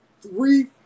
three